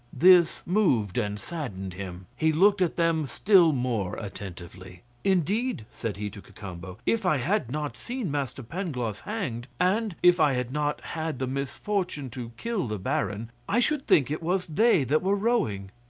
this moved and saddened him. he looked at them still more attentively. indeed, said he to cacambo, if i had not seen master pangloss hanged, and if i had not had the misfortune to kill the baron, i should think it was they that were rowing.